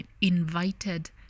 invited